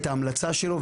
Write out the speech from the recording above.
את ההמלצה שלו,